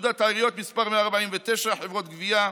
פקודת העיריות (מס' 149) (חברות גבייה),